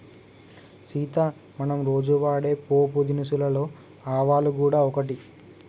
సీత మనం రోజు వాడే పోపు దినుసులలో ఆవాలు గూడ ఒకటి